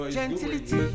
Gentility